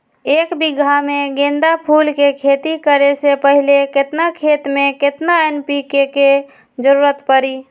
एक बीघा में गेंदा फूल के खेती करे से पहले केतना खेत में केतना एन.पी.के के जरूरत परी?